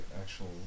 actual